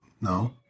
no